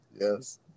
Yes